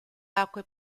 acque